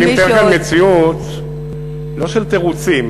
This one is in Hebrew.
אני מתאר כאן מציאות לא של תירוצים,